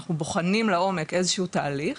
אנחנו בוחנים לעומק איזשהו תהליך,